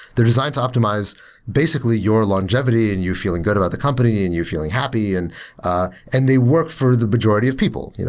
they're designed to optimize basically your longevity and you feeling good about the company and you feeling happy and ah and they work for the majority of people. you know